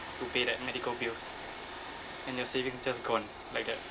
to pay that medical bills and your savings just gone like that